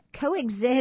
coexist